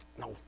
No